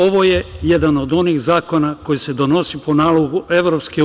Ovo je jedan od onih zakona koji se donosi po nalogu EU.